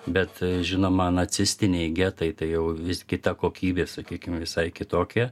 bet žinoma nacistiniai getai tai jau vis kita kokybė sakykim visai kitokia